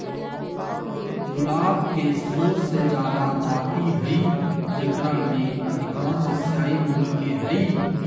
गुलाब के सो से जादा जाति हइ जेकरा में अधिकांश एशियाई मूल के हइ